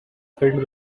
filled